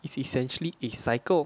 it's essentially a cycle